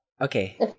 Okay